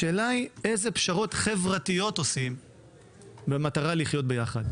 השאלה היא איזה פשרות חברתיות עושים במטרה לחיות ביחד.